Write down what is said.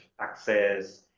access